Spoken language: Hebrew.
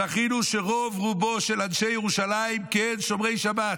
זכינו שרוב-רובם של אנשי ירושלים, כן, שומרי שבת.